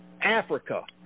Africa